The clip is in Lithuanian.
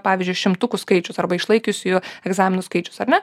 pavyzdžiui šimtukų skaičius arba išlaikiusiųjų egzaminus skaičius ar ne